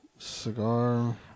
cigar